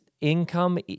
income